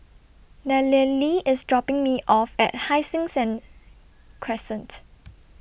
Nallely IS dropping Me off At Hai Sing send Crescent